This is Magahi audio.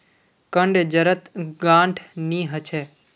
कंद जड़त गांठ नी ह छ